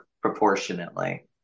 proportionately